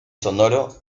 sonoro